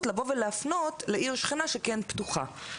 ולהפנות לעיר שכנה שהיא כן פתוחה.